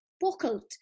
buckled